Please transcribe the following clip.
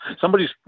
Somebody's